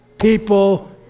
People